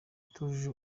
itujuje